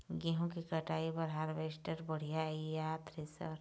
गेहूं के कटाई बर हारवेस्टर बढ़िया ये या थ्रेसर?